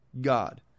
God